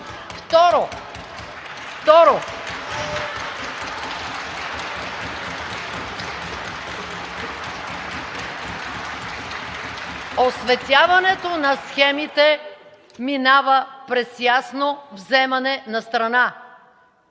Второ, осветяването на схемите минава през ясно вземане на страна.